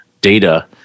data